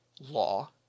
law